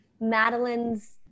Madeline's